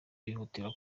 bihutira